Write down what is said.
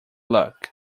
luck